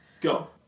Go